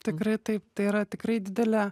tikrai taip tai yra tikrai didelė